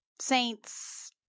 saints